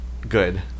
good